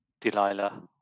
Delilah